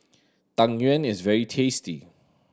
Tang Yuen is very tasty